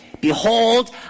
Behold